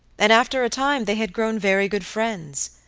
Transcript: and after a time they had grown very good friends,